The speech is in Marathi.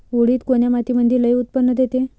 उडीद कोन्या मातीमंदी लई उत्पन्न देते?